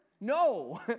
No